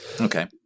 Okay